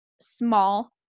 small